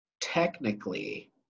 technically